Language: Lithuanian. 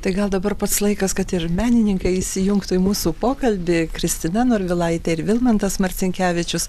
tai gal dabar pats laikas kad ir menininkai įsijungtų į mūsų pokalbį kristina norvilaitė ir vilmantas marcinkevičius